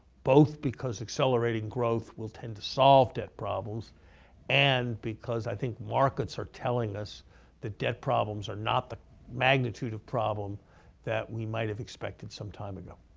both because accelerating growth will tend to solve debt problems and because i think markets are telling us that debt problems are not the magnitude of problem that we might have expected some time ago.